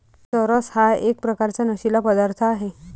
चरस हा एक प्रकारचा नशीला पदार्थ आहे